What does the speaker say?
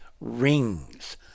rings